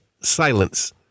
silence